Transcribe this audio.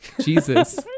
Jesus